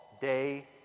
day